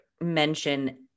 mention